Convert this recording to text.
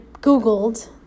googled